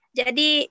jadi